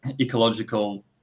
ecological